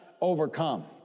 overcome